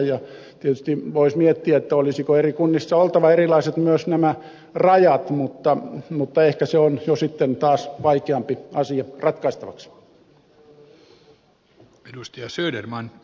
ja tietysti voisi miettiä olisiko eri kunnissa oltava erilaiset myös nämä rajat mutta ehkä se on jo sitten taas vaikeampi asia ratkaistavaksi